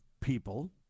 people